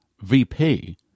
VP